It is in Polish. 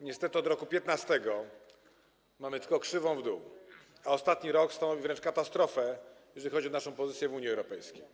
Niestety, od roku 2015 mamy tylko krzywą w dół, a ostatni rok stanowi wręcz katastrofę, jeżeli chodzi o naszą pozycję w Unii Europejskiej.